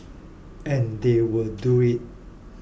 and they will do it